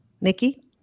Nikki